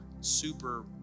super